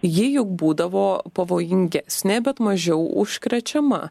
ji juk būdavo pavojingesnė bet mažiau užkrečiama